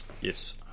Yes